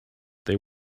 they